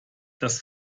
das